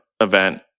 event